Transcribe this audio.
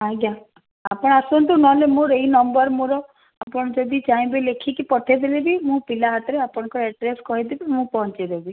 ଆଜ୍ଞା ଆପଣ ଆସନ୍ତୁ ନହେଲେ ମୋର ଏଇ ନମ୍ବର୍ ମୋର ଆପଣ ଯଦି ଚାହିଁବେ ଲେଖିକି ପଠେଇଦେବ ବି ମୁଁ ପିଲା ହାତରେ ଆପଣଙ୍କ ଆଡ୍ରେସ୍ କହିଦେବି ମୁଁ ପହଞ୍ଚେଇଦେବି